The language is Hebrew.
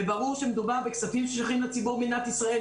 ברור שהכספים שייכים לציבור במדינת ישראל,